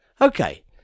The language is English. Okay